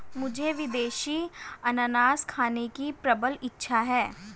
मुझे विदेशी अनन्नास खाने की प्रबल इच्छा है